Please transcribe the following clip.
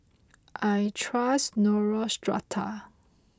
I trust Neostrata